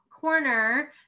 corner